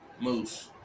Moose